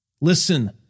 Listen